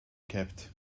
kept